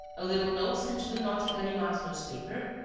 a little note sent to the naughty ganimard's newspaper,